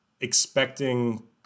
expecting